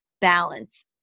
balance